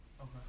Okay